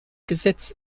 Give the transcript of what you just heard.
gesetz